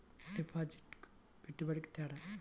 డిపాజిట్కి పెట్టుబడికి తేడా?